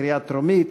בקריאה טרומית.